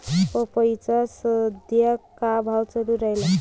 पपईचा सद्या का भाव चालून रायला?